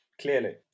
Clearly